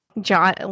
John